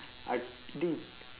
I did